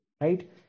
Right